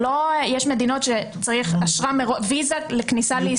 יש מדינות שצריך ויזה לכניסה לישראל,